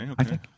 Okay